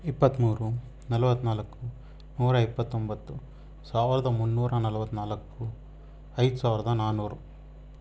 ಇಪ್ಪತ್ತ್ಮೂರು ನಲ್ವತ್ನಾಲ್ಕು ನೂರ ಇಪ್ಪತ್ತೊಂಬತ್ತು ಸಾವಿರದ ಮುನ್ನೂರ ನಲ್ವತ್ನಾಲ್ಕು ಐದು ಸಾವಿರದ ನಾನೂರು